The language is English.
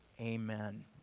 Amen